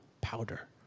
powder